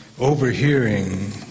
overhearing